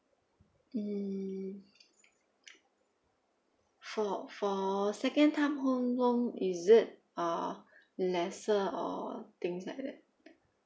mm for for second time home loan is it uh lesser or things like that